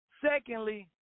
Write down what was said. Secondly